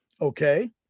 Okay